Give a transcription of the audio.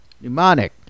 Mnemonic